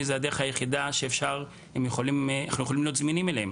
מהווה את הדרך היחידה שאנחנו יכולים להיות זמינים אליהם